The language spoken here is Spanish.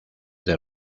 del